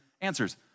answers